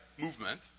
movement